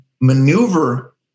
maneuver